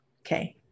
Okay